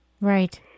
Right